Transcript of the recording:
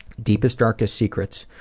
deepest, darkest secrets,